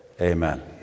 Amen